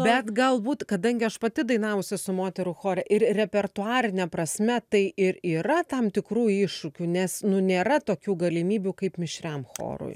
bet galbūt kadangi aš pati dainavus esu moterų chore ir repertuarine prasme tai ir yra tam tikrų iššūkių nes nu nėra tokių galimybių kaip mišriam chorui